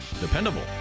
dependable